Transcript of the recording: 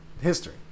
history